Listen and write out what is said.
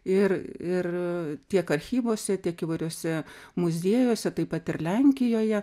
ir ir tiek archyvuose tiek įvairiuose muziejuose taip pat ir lenkijoje